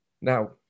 Now